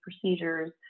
procedures